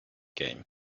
game